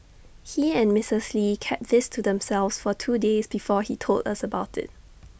he and Mrs lee kept this to themselves for two days before he told us about IT